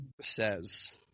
says